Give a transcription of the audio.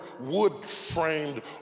wood-framed